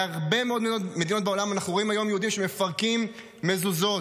בהרבה מדינות בעולם אנחנו רואים היום יהודים שמפרקים מזוזות,